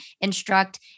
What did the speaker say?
instruct